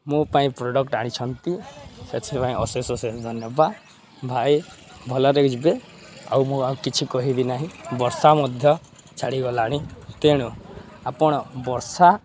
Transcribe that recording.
ମୋ ପାଇଁ ପ୍ରଡ଼କ୍ଟ୍ ଆଣିଛନ୍ତି ସେଥିପାଇଁ ଅଶେଷ ଅଷେଷ ଧନ୍ୟବା ଭାଇ ଭଲରେ ଯିବେ ଆଉ ମୁଁ ଆଉ କିଛି କହିବି ନାହିଁ ବର୍ଷା ମଧ୍ୟ ଛାଡ଼ିଗଲାଣି ତେଣୁ ଆପଣ ବର୍ଷା